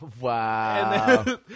wow